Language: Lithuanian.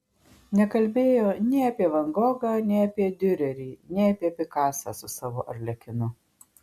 nekalbėjo nei apie van gogą nei apie diurerį nei apie pikasą su savo arlekinu